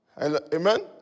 Amen